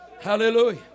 Hallelujah